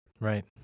Right